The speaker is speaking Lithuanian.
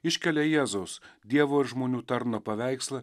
iškelia jėzaus dievo ir žmonių tarno paveikslą